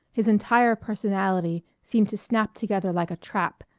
his entire personality seemed to snap together like a trap,